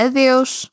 Adeus